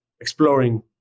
exploring